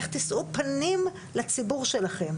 איך תשאו פנים לציבור שלכם.